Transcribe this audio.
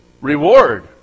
reward